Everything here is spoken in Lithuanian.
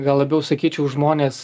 gal labiau sakyčiau žmonės